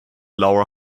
lower